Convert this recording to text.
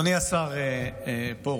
אדוני השר פרוש,